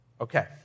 Okay